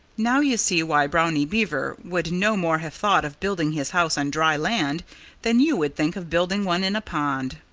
now you see why brownie beaver would no more have thought of building his house on dry land than you would think of building one in a pond.